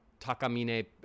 Takamine